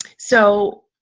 so,